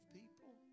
people